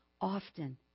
often